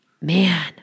man